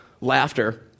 Laughter